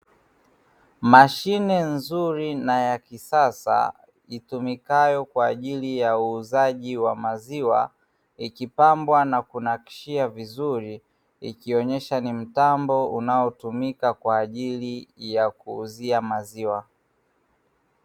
Mashine nzuri na ya kisasa itumikayo kwajili ya uuzaji wa maziwa, ikipambwa na kunakishia vizuri ikionyesha ni mtambo unaotumika kwajili ya kuuzia maziwa.